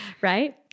right